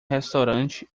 restaurante